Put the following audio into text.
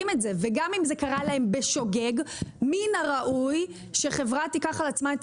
וגם אם זה קרה להם בשוגג מן הראוי שחברה תיקח על עצמה את